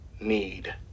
need